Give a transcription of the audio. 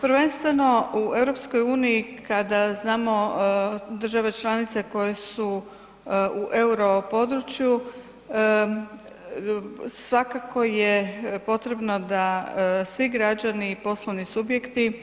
Prvenstveno u EU kada znamo države članice koje su u euro području svakako je potrebno da svi građani i poslovni subjekti